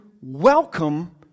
welcome